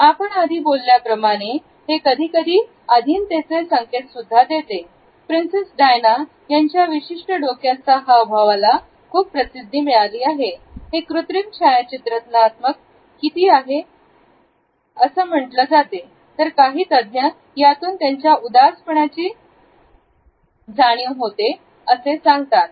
आपण आधी बोलल्याप्रमाणे हे कधीकधी अधिनतेचे संकेत सुद्धा देते प्रिन्सेस डायना यांच्या विशिष्ट डोक्याच्या हावभाव ला खूप प्रसिद्धी मिळाली आहे हे कृत्रिम छायाचित्रं नात्मक किती आहे असं म्हणलं जातं तर काही तज्ञ यातून त्यांच्या उदास पणाची जाणीव होते असे सांगतात